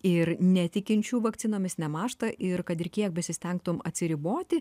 ir netikinčių vakcinomis nemąžta ir kad ir kiek besistengtum atsiriboti